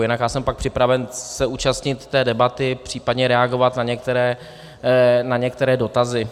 Jinak já jsem pak připraven se účastnit té debaty, případně reagovat na některé dotazy.